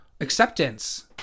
acceptance